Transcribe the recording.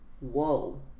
whoa